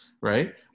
right